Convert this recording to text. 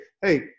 hey